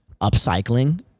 upcycling